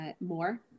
more